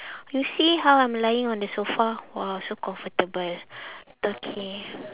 you see how I'm lying on the sofa !wah! so comfortable okay